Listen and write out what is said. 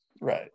right